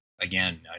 Again